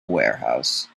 warehouse